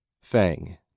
Fang